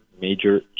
major